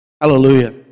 Hallelujah